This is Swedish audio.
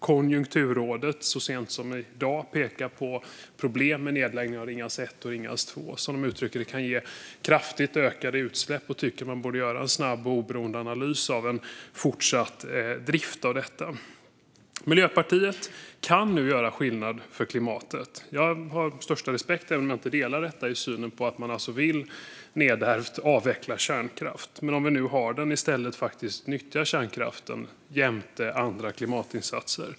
Konjunkturrådet pekar så sent som i dag på problem med en nedläggning av Ringhals 1 och 2, som, som de uttrycker det, kan ge kraftigt ökade utsläpp. De tycker att man borde göra en snabb och oberoende analys av en fortsatt drift. Miljöpartiet kan nu göra skillnad för klimatet. Jag har den största respekt för den nedärvda uppfattningen att man vill avveckla kärnkraften - även om jag inte delar denna syn. Men om vi nu har kärnkraft bör vi nyttja den, jämte andra klimatinsatser.